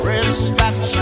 Respect